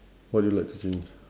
what you like to change